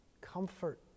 comfort